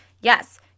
Yes